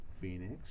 Phoenix